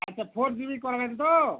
আচ্ছা four GB করাবেন তো